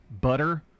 Butter